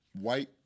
white